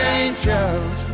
angels